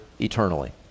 eternally